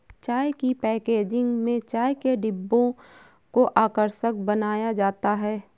चाय की पैकेजिंग में चाय के डिब्बों को आकर्षक बनाया जाता है